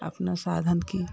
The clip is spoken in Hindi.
अपना साधन की